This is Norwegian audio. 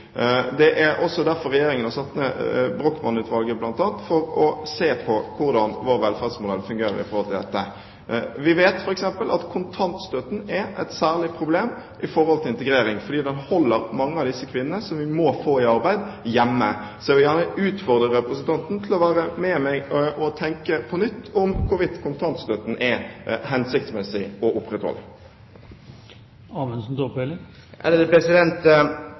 Det er også derfor Regjeringen har satt ned Brochmann-utvalget, bl.a., for å se på hvordan vår velferdsmodell fungerer i forhold til dette. Vi vet f.eks. at kontantstøtten er et særlig problem i forhold til integrering, fordi den holder mange av disse kvinnene som vi må få i arbeid, hjemme. Så jeg vil gjerne utfordre representanten til å være med meg og tenke på nytt om hvorvidt det er hensiktsmessig